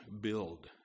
build